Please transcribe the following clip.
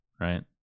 right